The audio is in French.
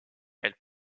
elle